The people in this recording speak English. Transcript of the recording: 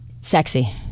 sexy